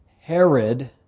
Herod